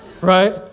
right